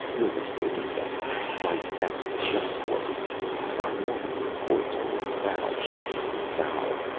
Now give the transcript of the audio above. you're mistaken, dunlap! why, that's just what we need. our morning reports are in foul shape. foul!